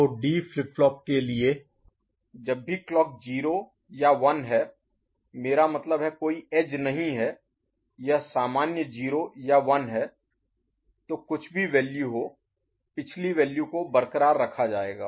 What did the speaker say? तो D flip flop के लिए जब भी क्लॉक 0 या 1 हैं मेरा मतलब है कोई एज नहीं है यह सामान्य 0 या 1 है तो कुछ भी वैल्यू हो पिछली वैल्यू को बरकरार रखा जाएगा